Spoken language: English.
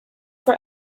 for